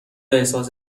احساس